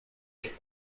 que